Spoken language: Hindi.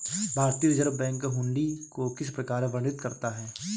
भारतीय रिजर्व बैंक हुंडी को किस प्रकार वर्णित करता है?